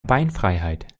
beinfreiheit